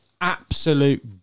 absolute